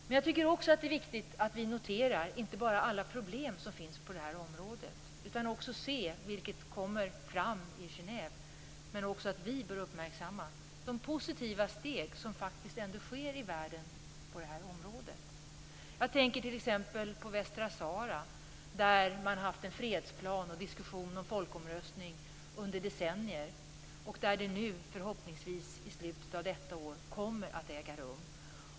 Det är också viktigt att vi noterar inte bara alla de problem som finns på det här området utan också, vilket kommer fram i Genève men som även vi bör uppmärksamma, de positiva steg som faktiskt ändå sker i världen på det här området. Jag tänker t.ex. på Västsahara där man haft en fredsplan och diskussion om folkomröstning under decennier och där den förhoppningsvis i slutet av detta år kommer att äga rum.